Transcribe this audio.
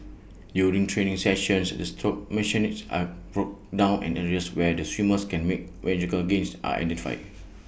during training sessions the stroke mechanics are broken down and areas where the swimmer can make magical gains are identified